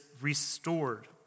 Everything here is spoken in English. restored